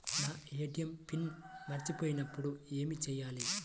నా ATM PIN మర్చిపోయినప్పుడు ఏమి చేయాలి?